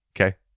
okay